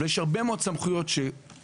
אבל יש הרבה מאוד סמכויות שקבועות